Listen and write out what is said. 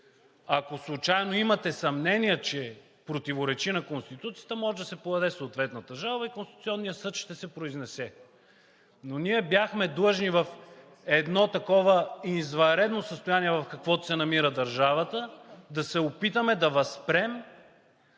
Ако случайно имате съмнения, че противоречи на Конституцията, може да се подаде съответната жалба и Конституционният съд ще се произнесе. Но ние бяхме длъжни в едно такова извънредно състояние, в каквото се намира държавата, да се опитаме да възпрем